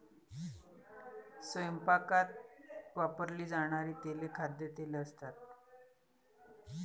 स्वयंपाकात वापरली जाणारी तेले खाद्यतेल असतात